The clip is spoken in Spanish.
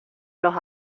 los